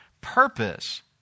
purpose